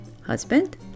husband